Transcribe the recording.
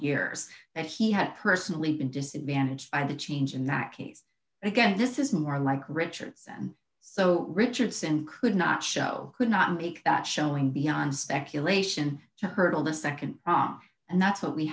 years that he had personally been disadvantaged by the change in that case again this is more like richardson so richardson could not show could not make that showing beyond speculation to hurdle the nd prong and that's what we